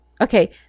Okay